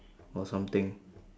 or something